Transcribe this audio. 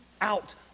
out